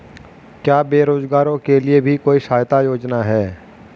क्या बेरोजगारों के लिए भी कोई सहायता योजना है?